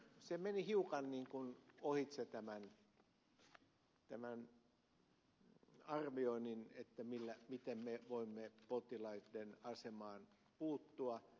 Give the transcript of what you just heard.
se meni hiukan niin kuin ohitse tämän arvioinnin miten me voimme potilaitten asemaan puuttua